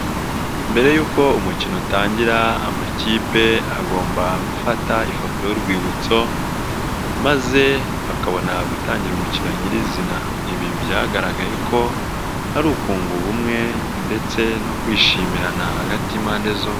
Mbere y'uko umukino utangira, amakipe agomba gufata ifoto y'urwibutso, maze bakabona gutangira umukino nyirizina. Ibi byagaragaye ko ari ukunga ubumwe ndetse no kwishimirana hagati y'impande zombi.